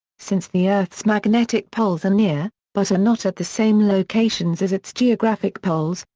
since the earth's magnetic poles are near, but are not at the same locations as its geographic poles,